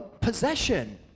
possession